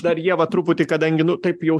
dar ieva truputį kadangi nu taip jau